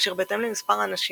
אשר בהתאם למספר האנשים,